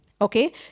Okay